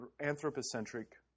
anthropocentric